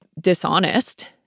dishonest